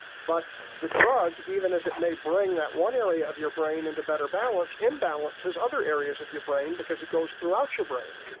but the drug, even as it may bring that one area of your brain into better balance imbalances other areas of your brain because it goes throughout your brain.